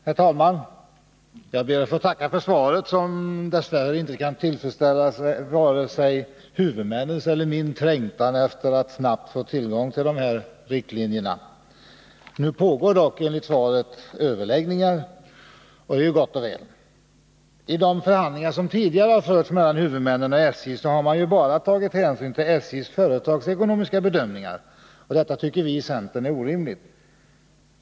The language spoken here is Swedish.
Herr talman! Jag ber att få tacka för svaret, som dess värre inte kan tillfredsställa vare sig huvudmännens eller min trängtan efter att snabbt få tillgång till de begärda riktlinjerna. Nu pågår dock — enligt svaret — överläggningar, och det är ju gott och väl. I de förhandlingar som tidigare har förts mellan huvudmännen och SJ har man bara tagit hänsyn till SJ:s företagsekonomiska bedömningar. Detta tycker vi i centern är orimligt.